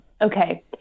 Okay